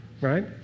Right